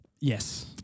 Yes